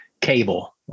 Cable